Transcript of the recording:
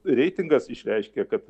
reitingas išreiškia kad